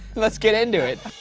let's get into it.